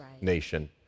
nation